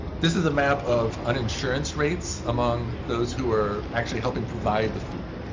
this is a map of uninsurance rates among those who are actually helping provide the food.